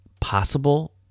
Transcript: Possible